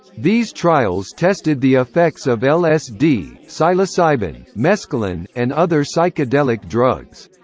these trials tested the effects of lsd, psilocybin, mescaline, and other psychedelic drugs.